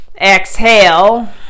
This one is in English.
exhale